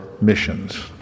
missions